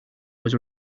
was